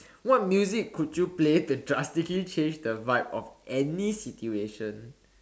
what music could you play to drastically change the vibe of any situation